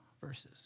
verses